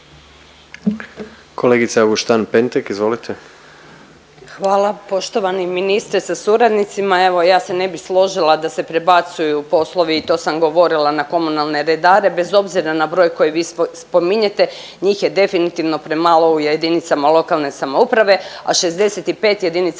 **Auguštan-Pentek, Jasenka (SDP)** Hvala poštovani ministre sa suradnicima, evo ja se ne bi složila da se prebacuju poslovi i to sam govorila na komunalne redare bez obzira na broj koji vi spominjete, njih je definitivno premalo u JLS, a 65 JLS niti